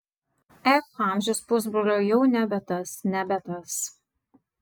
ech amžius pusbrolio jau nebe tas nebe tas